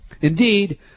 Indeed